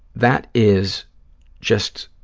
that is just